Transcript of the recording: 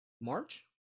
March